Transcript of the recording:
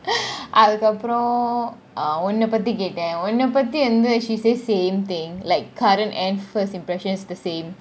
அதுக்கு அப்புறம் :athuku apram uh உன்ன பத்தி கேட்டான் உன்ன பத்தி எந்த :unna pathi keatan unna pathi yentha she say same thing like current and first impressions the same